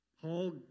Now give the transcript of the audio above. Paul